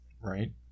right